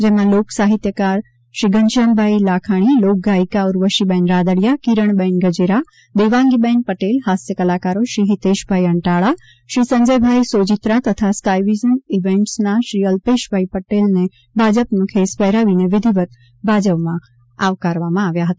જેમાં લોક સાહિત્યકાર શ્રી ઘનશ્યામભાઇ લાખાણી લોકગાયિકા ઉર્વશીબેન રાદડીયા કિરણબેન ગજેરા દેવાંગીબેન પટેલ હાસ્ય કલાકારો શ્રી હિતેશભાઇ અંટાળા શ્રી સંજયભાઇ સોજીત્રા તથા સ્કાયવિઝન ઇવેન્ટસના શ્રી અલ્પેશભાઇ પટેલને ભાજપનો ખેસ પહેરાવી વિધિવત ભાજપમાં આવકાર્યા હતા